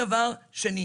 דבר שלישי: